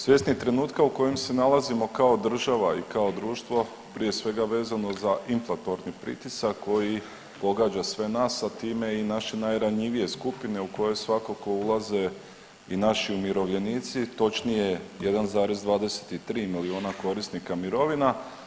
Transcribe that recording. Svjesni trenutka u kojem se nalazimo kao država i kao društvo, prije svega vezano za inflatorni pritisak koji pogađa sve nas, a time i naše najranjivije skupine u koje svakako ulaze i naši umirovljenici, točnije, 1,23 milijuna korisnika mirovina.